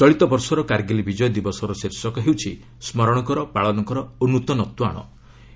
ଚଳିତବର୍ଷର କାର୍ଗିଲ ବିଜୟ ଦିବସର ଶୀର୍ଷକ 'ସ୍କରଣକର ପାଳନ କର ଓ ନୂତନତ୍ୱ ଆଣ'